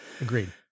Agreed